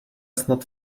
snad